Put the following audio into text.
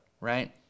right